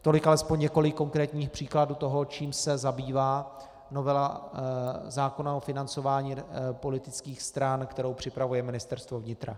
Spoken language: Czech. Tolik alespoň několik konkrétních příkladů toho, čím se zabývá novela zákona o financování politických stran, kterou připravuje Ministerstvo vnitra.